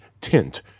tint